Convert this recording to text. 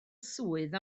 swydd